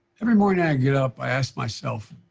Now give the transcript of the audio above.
every morning i get up, i ask myself,